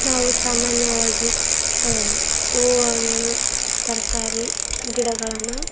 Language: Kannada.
ನಾವು ಸಾಮಾನ್ಯವಾಗಿ ಹೂವು ಹಣ್ಣು ತರಕಾರಿ ಗಿಡಗಳನ್ನು